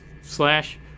slash